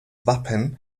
wappen